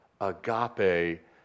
agape